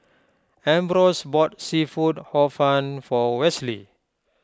Ambrose bought Seafood Hor Fun for Wesley